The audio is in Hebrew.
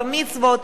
בר-מצוות,